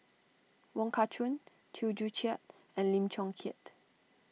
Wong Kah Chun Chew Joo Chiat and Lim Chong Keat